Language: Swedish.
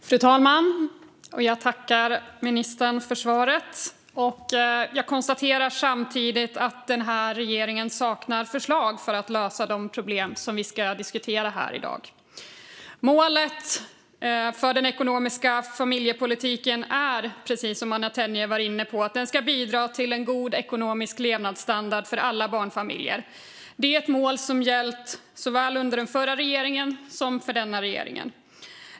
Fru talman! Jag tackar ministern för svaret. Jag konstaterar samtidigt att den här regeringen saknar förslag för att lösa de problem vi ska diskutera här i dag. Målet för den ekonomiska familjepolitiken är, precis som Anna Tenje var inne på, att bidra till en god ekonomisk levnadsstandard för alla barnfamiljer. Det är ett mål som gällt under såväl den förra regeringen som denna regering.